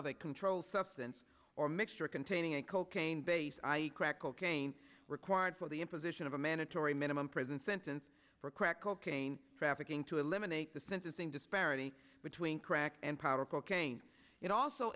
a controlled substance or mixture containing a cocaine base i e crack cocaine required for the imposition of a mandatory minimum prison sentence for crack cocaine trafficking to eliminate the sentencing disparity between crack and powder cocaine it also